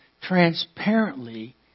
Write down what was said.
transparently